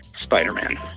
Spider-Man